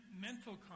mental